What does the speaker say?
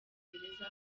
bwongereza